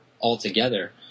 altogether